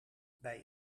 bij